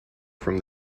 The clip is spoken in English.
from